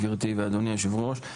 גברתי ואדוני היושבי-ראש.